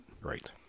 right